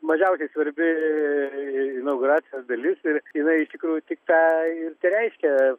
mažiausiai svarbi inauguracijos dalis ir inai iš tikrųjų tik tą ir tereiškia